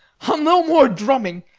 i'll no more drumming.